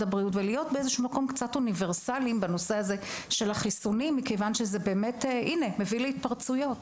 הבריאות ולהיות קצת אוניברסליים מכיוון שזה מביא להתפרצויות.